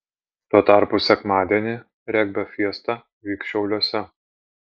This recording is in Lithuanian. tuo tarpu sekmadienį regbio fiesta vyks šiauliuose